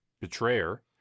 betrayer